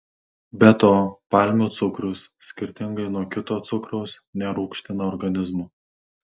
be to palmių cukrus skirtingai nuo kito cukraus nerūgština organizmo